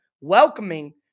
welcoming